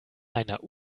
einer